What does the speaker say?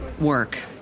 work